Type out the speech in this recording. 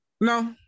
No